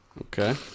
Okay